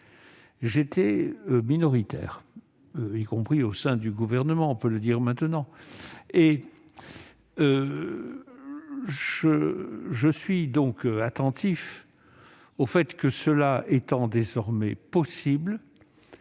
J'étais minoritaire, y compris au sein du Gouvernement, on peut le dire maintenant. Je suis donc attentif au fait que, cela étant désormais possible,